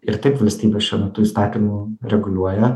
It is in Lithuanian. ir taip valstybė šiuo metu įstatymu reguliuoja